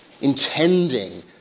intending